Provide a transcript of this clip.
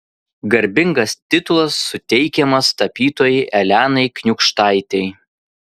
garbingas titulas suteikiamas tapytojai elenai kniūkštaitei